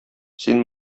син